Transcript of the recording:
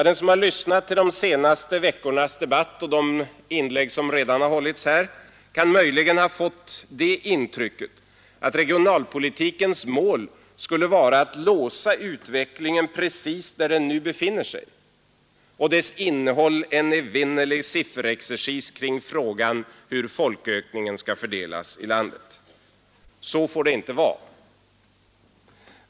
Den som har lyssnat till de senaste veckornas debatt och de inlägg som redan har hållits här kan möjligen ha fått intrycket att regionalpolitikens mål skulle vara att låsa utvecklingen precis där den nu befinner sig och dess innehåll en evinnerlig sifferexercis kring frågan hur folkökningen skall fördelas i landet. Så får det inte vara.